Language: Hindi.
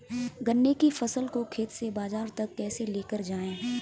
गन्ने की फसल को खेत से बाजार तक कैसे लेकर जाएँ?